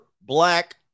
black